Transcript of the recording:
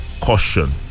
caution